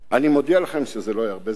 אני מודיע לכם שזה לא יהיה הרבה זמן,